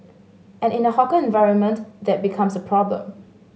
and in the hawker environment that becomes a problem